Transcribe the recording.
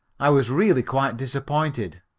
i was really quite disappointed.